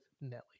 Nelly